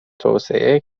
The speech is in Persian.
توسعه